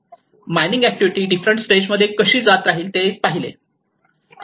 mining activity different stage मध्ये कशी जात राहील ते पाहिले